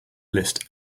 list